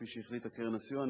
כפי שהחליטה קרן הסיוע,